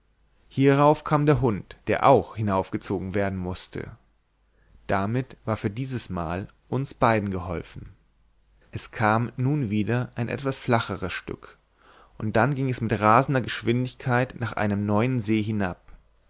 hierauf kam der hund der auch hinaufgezogen werden mußte damit war für dieses mal uns beiden geholfen es kam nun wieder ein etwas flacheres stück und dann ging es mit rasender geschwindigkeit nach einem neuen see hinab